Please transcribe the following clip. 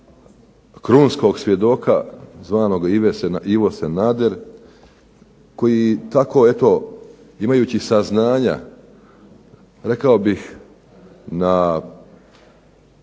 krunskog svjedoka zvanog Ivo Sanader, koji tako eto imajući saznanja rekao bih na